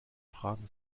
fragen